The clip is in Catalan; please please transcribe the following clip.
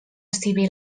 civil